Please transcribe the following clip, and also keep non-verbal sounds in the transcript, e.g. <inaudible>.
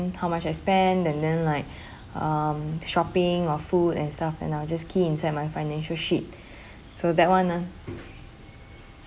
how much I spend and then like <breath> um shopping or food and stuff and I'll just key in inside financial sheet so that one ah